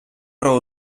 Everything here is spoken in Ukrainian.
про